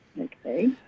Okay